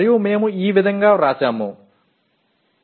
மேலும் 6 சி